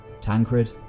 Tancred